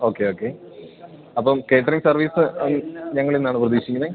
okay okay അപ്പം catering service ഞങ്ങൾ ഇന്നാണോ പ്രതീക്ഷിക്കണത്